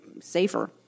safer